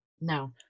No